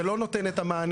זה לא נותן את המענה.